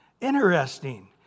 Interesting